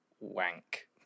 wank